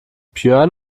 björn